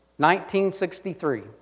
1963